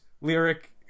lyric